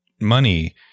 money